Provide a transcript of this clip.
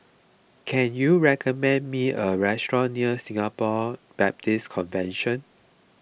can you recommend me a restaurant near Singapore Baptist Convention